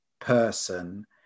person